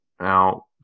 now